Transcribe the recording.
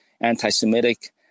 anti-Semitic